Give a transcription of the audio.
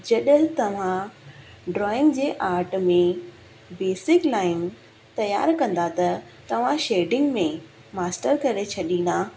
जॾहिं तव्हां ड्रॉइंग जे आर्ट में बेसिक लाइन तयारु कंदा त तव्हां शेडिंग में मास्तर करे छॾींदा